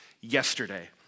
yesterday